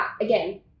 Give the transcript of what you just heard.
again